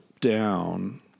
down